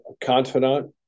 confidant